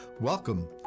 Welcome